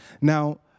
Now